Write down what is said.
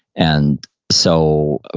and so,